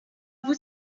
vous